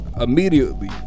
immediately